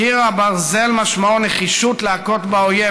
קיר הברזל משמעו נחישות להכות באויב,